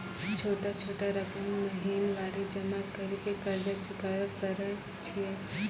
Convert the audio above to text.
छोटा छोटा रकम महीनवारी जमा करि के कर्जा चुकाबै परए छियै?